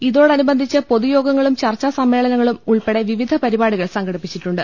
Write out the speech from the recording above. ഇതോടനുബ ന്ധിച്ച് പൊതുയോഗങ്ങളും ചർച്ചാസമ്മേളനങ്ങളും ഉൾപ്പെടെ വിവിധ പരിപാടികൾ സംഘടിപ്പിച്ചിട്ടുണ്ട്